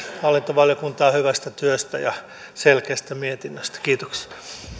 hallintovaliokuntaa hyvästä työstä ja selkeästä mietinnöstä kiitos